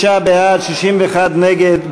59 בעד, 61 נגד.